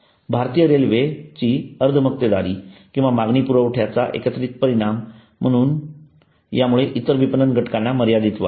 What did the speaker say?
भारतीय रेल्वेची अर्ध मक्तेदारी आणि मागणी पुरवठ्याचा एकत्रित परिणाम यामुळे इतर विपणन घटकांना मर्यादित वाव आहे